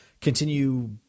continue